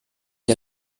der